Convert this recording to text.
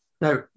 Now